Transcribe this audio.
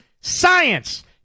science